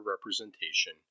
representation